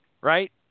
right